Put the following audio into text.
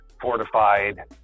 fortified